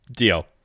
Deal